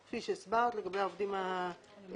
" כפי שהסברת לגבי העובדים היומיים,